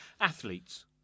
athletes